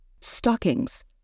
stockings